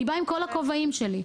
אני באה עם כל הכובעים שלי.